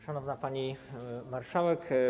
Szanowna Pani Marszałek!